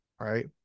right